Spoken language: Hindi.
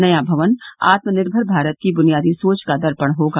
नया भवन आत्मनिर्मर भारत की बुनियादी सोच का दर्पण होगा